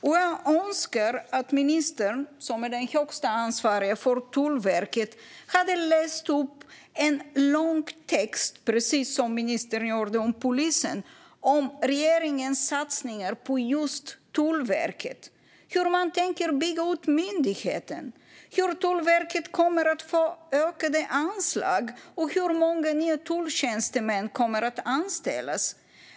Jag hade önskat att ministern, som är den högst ansvariga för Tullverket, läst upp en lång text - precis som ministern gjorde om polisen - om regeringens satsningar på just Tullverket: hur man tänker bygga ut myndigheten, hur mycket Tullverket kommer att få i ökade anslag och hur många nya tulltjänstemän som kommer att anställas.